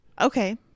okay